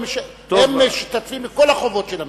הם משתתפים בכל החובות של המדינה.